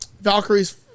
Valkyrie's